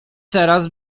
teraz